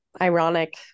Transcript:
ironic